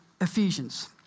Ephesians